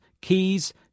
keys